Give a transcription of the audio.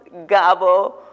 Gabo